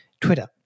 Twitter